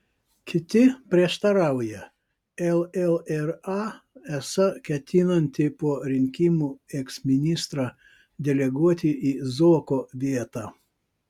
kiti prieštarauja llra esą ketinanti po rinkimų eksministrą deleguoti į zuoko vietą